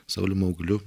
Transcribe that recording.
saulium augliu